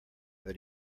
that